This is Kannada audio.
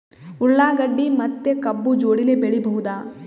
ಉಳ್ಳಾಗಡ್ಡಿ ಮತ್ತೆ ಕಬ್ಬು ಜೋಡಿಲೆ ಬೆಳಿ ಬಹುದಾ?